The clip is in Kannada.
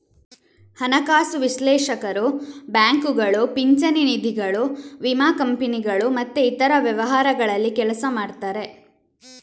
ಹಣಕಾಸು ವಿಶ್ಲೇಷಕರು ಬ್ಯಾಂಕುಗಳು, ಪಿಂಚಣಿ ನಿಧಿಗಳು, ವಿಮಾ ಕಂಪನಿಗಳು ಮತ್ತೆ ಇತರ ವ್ಯವಹಾರಗಳಲ್ಲಿ ಕೆಲಸ ಮಾಡ್ತಾರೆ